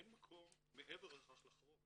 אין מקום מעבר לכך לחרוג.